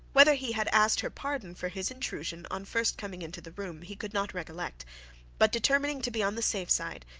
whether he had asked her pardon for his intrusion on first coming into the room, he could not recollect but determining to be on the safe side,